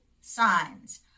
signs